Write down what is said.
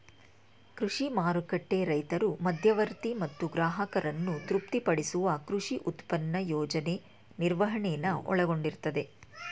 ಕೃಷಿ ಮಾರುಕಟ್ಟೆ ರೈತರು ಮಧ್ಯವರ್ತಿ ಮತ್ತು ಗ್ರಾಹಕರನ್ನು ತೃಪ್ತಿಪಡಿಸುವ ಕೃಷಿ ಉತ್ಪನ್ನ ಯೋಜನೆ ನಿರ್ವಹಣೆನ ಒಳಗೊಂಡಿರ್ತದೆ